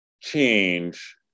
change